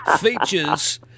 features